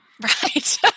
Right